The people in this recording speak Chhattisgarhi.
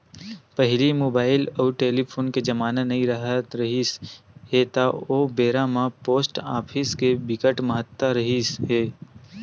पहिली मुबाइल अउ टेलीफोन के जमाना नइ राहत रिहिस हे ता ओ बेरा म पोस्ट ऑफिस के बिकट महत्ता रिहिस हे